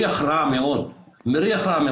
מופיד,